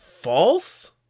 false